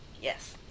Yes